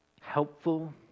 helpful